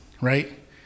right